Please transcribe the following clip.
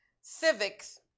civics